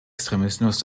extremismus